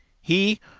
he,